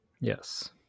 Yes